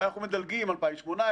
ואנחנו מדלגים 2018,